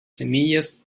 semillas